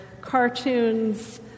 cartoons